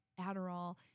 Adderall